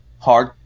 Hard